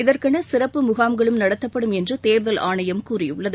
இதற்கென சிறப்பு முகாம்களும் நடத்தப்படும் என்று தேர்தல் ஆணையம் கூறியுள்ளது